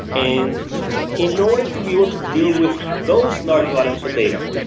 and in order to be able to deal with those large volumes of data,